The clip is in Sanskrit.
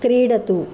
क्रीडतु